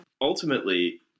ultimately